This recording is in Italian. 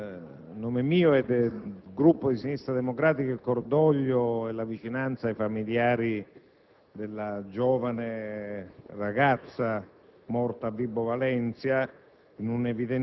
intervengo per esprimere, a nome mio e del Gruppo Sinistra Democratica, il cordoglio e la vicinanza ai familiari